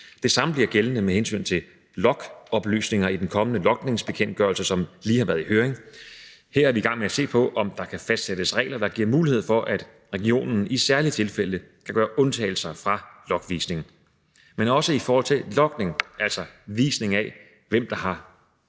Det samme bliver gældende med hensyn til logoplysninger i den kommende logningsbekendtgørelse, som lige har været i høring. Her er vi i gang med at se på, om der kan fastsættes regler, der giver mulighed for, at regionen i særlige tilfælde kan gøre undtagelser fra logvisning. Men også i forhold til logning, altså visning af, hvem der har